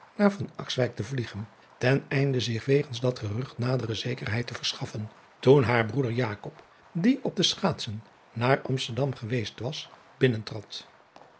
naar te vliegen ten einde zich wegens dat gerucht nadere zekerheid te verschaffen toen haar broeder die op schaatsen naar msterdam geweest was